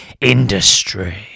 industry